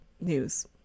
news